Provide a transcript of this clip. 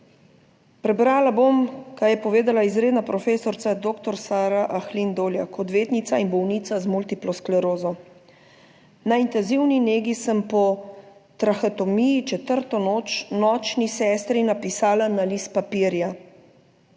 Prebrala bom, kaj je povedala izredna profesorica doktor Sara Ahlin Doljak, odvetnica in bolnica z multiplo sklerozo: "Na intenzivni negi sem po trahatomiji četrto noč nočni sestri napisala na list papirja: